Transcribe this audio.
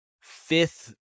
fifth